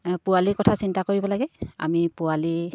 পোৱালিৰ কথা চিন্তা কৰিব লাগে আমি পোৱালি